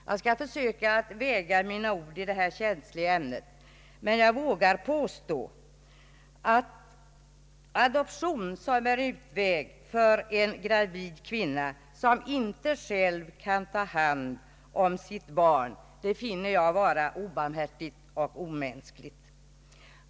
Jag skall försöka väga mina ord i det här känsliga ämnet, men jag vågar påstå att föreslå adoption som en utväg för en gravid kvinna, som inte själv kan ta hand om sitt barn, finner jag vara obarmhärtigt och omänskligt.